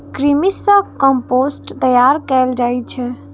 कृमि सं कंपोस्ट तैयार कैल जाइ छै